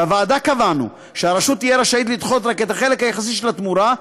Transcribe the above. בוועדה קבענו שהרשות תהיה רשאית לדחות רק את החלק היחסי של התמורה,